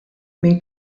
minn